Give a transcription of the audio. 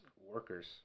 workers